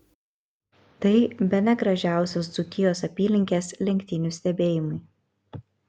tai bene gražiausios dzūkijos apylinkės lenktynių stebėjimui